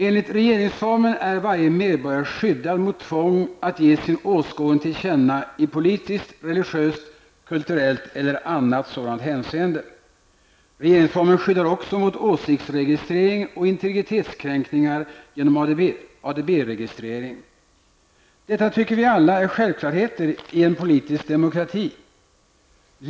Enligt regeringsformen är varje medborgare skyddad mot tvång att ge sin åskådning till känna i politiskt, religiöst, kulturellt eller annat sådant hänseende. Regeringsformen skyddar också mot åsiktsregistrering och integritetskränkningar genom ADB-registrering. Detta tycker vi alla är självklarheter i en politisk demokrati.